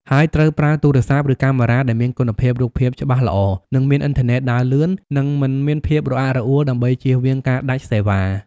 ហើយត្រូវប្រើទូរស័ព្ទ ឬកាមេរ៉ាដែលមានគុណភាពរូបភាពច្បាស់ល្អ និងមានអ៊ីនធឺណិតដើរលឿន និងមិនមានភាពរអាក់រអួល ដើម្បីជៀសវាងការដាច់សេវ៉ា។